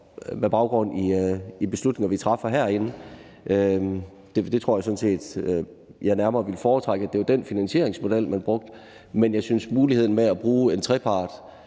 med baggrund i en beslutning, vi træffer herinde. Det tror jeg sådan set jeg nærmere ville foretrække. Det er jo den finansieringsmodel, man brugte, men jeg synes, at muligheden med at bruge en trepart